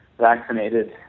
vaccinated